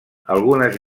algunes